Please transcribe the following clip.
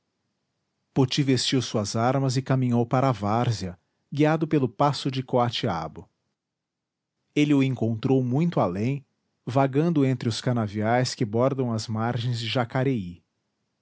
partiu poti vestiu suas armas e caminhou para a várzea guiado pelo passo de coatiabo ele o encontrou muito além vagando entre os canaviais que bordam as margens de jacareí